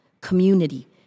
community